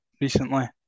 recently